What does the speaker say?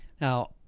now